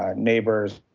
ah neighbors